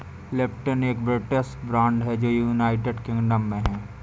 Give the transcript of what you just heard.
Lipton एक British brand है जो यूनाइटेड किंगडम में है